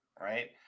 right